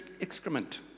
excrement